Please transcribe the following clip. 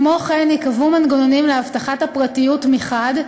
כמו כן, ייקבעו מנגנונים להבטחת הפרטיות מחד,